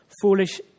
foolish